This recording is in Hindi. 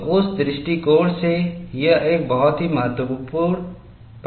तो उस दृष्टिकोण से यह एक बहुत ही महत्वपूर्ण परिणाम है